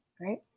Right